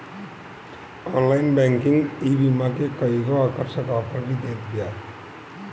online banking ईबीमा के कईगो आकर्षक आफर भी देत बिया